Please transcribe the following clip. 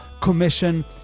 commission